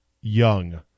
young